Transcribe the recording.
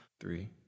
three